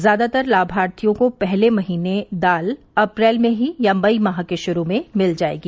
ज्यादातर लाभार्थियों को पहले महीने दाल अप्रैल में ही या मई माह के शुरू में मिल जाएगी